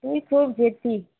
তুই খুব জেদি